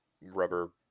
rubber